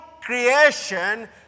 creation